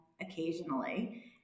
occasionally